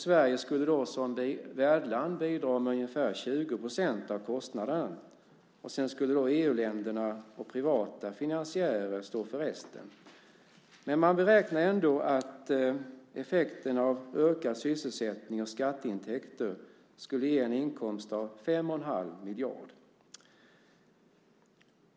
Sverige skulle som värdland bidra med ungefär 20 % av kostnaderna, och sedan skulle då EU-länderna och privata finansiärer stå för resten. Men man beräknar ändå att effekten av ökad sysselsättning och skatteintäkter skulle ge en inkomst av 5 1⁄2 miljarder.